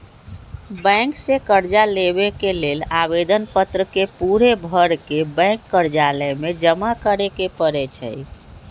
bank से कर्जा लेबे के लेल आवेदन पत्र के पूरे भरके बैंक कर्जालय में जमा करे के परै छै